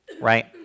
Right